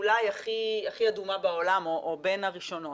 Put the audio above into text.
אולי הכי אדומה בעולם או בין הראשונות.